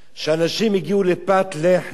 על אנשים הגיעו לפת לחם.